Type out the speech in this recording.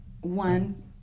one